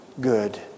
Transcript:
good